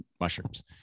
mushrooms